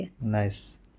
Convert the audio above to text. Nice